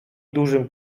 dużym